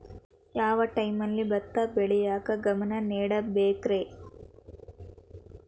ಯಾವ್ ಟೈಮಲ್ಲಿ ಭತ್ತ ಬೆಳಿಯಾಕ ಗಮನ ನೇಡಬೇಕ್ರೇ?